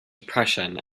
depression